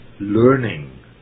learning